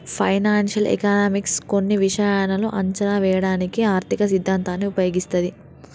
financial economics కొన్ని విషయాలను అంచనా వేయడానికి ఆర్థిక సిద్ధాంతాన్ని ఉపయోగిస్తది